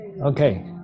Okay